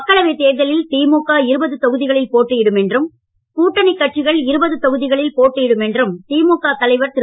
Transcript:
மக்களவை தேர்தலில் திமுக இருபது தொகுதிகளில் போட்டியிடும் என்றும் கூட்டணி கட்சிகள் இருபது தொகுதிகளில் போட்டியிடுவார்கள் என்று திமுக தலைவர் திரு